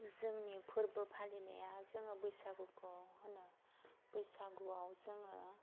जोंनि फोरबो फालिनाया जोङो बैसागुखौ होनो बैसागुआव जोङो